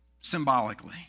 symbolically